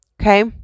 okay